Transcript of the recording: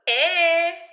Hey